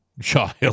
child